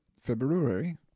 February